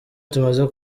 tumaze